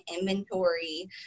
inventory